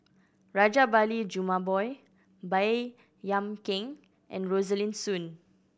Rajabali Jumabhoy Baey Yam Keng and Rosaline Soon